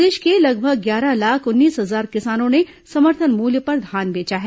प्रदेश के लगभग ग्यारह लाख उन्नीस हजार किसानों ने समर्थन मूल्य पर धान बेचा है